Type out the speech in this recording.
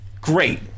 great